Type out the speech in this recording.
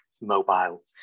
mobile